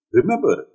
Remember